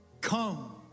come